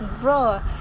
bro